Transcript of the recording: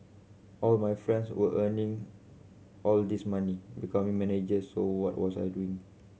all my friends were earning all this money becoming managers so what was I doing